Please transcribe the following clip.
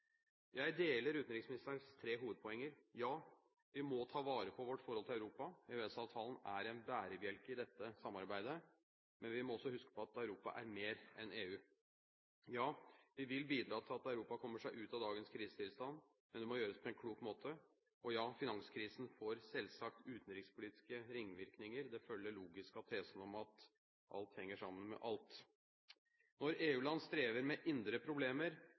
Jeg deler utenriksministerens tre hovedpoeng: Ja, vi må ta vare på vårt forhold til Europa. EØS-avtalen er en bærebjelke i dette samarbeidet. Men vi må også huske at Europa er mer enn EU. Ja, vi vil bidra til at Europa kommer seg ut av dagens krisetilstand. Men det må gjøres på en klok måte, og ja, finanskrisen får selvsagt utenrikspolitiske ringvirkninger. Det følger logisk av tesen om at «alt henger sammen med alt». Når EU-land strever med indre problemer,